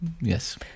Yes